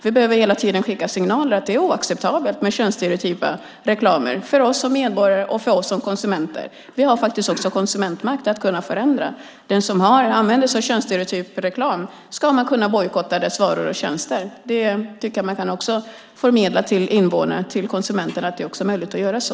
Det behöver hela tiden skickas signaler att det är oacceptabelt med könsstereotyp reklam, för oss som medborgare och konsumenter. Vi har också konsumentmakt att förändra. Den som använder sig av könsstereotyp reklam ska kunna få sina varor och tjänster bojkottade. Man kan förmedla till invånare och konsumenter att det är möjligt att göra så.